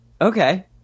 Okay